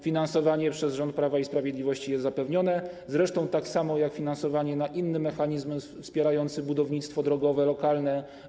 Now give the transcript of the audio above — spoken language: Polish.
Finansowanie przez rząd Prawa i Sprawiedliwości jest zapewnione, zresztą tak samo jak finansowanie innych mechanizmów wspierających budownictwo drogowe lokalne.